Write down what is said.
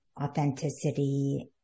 authenticity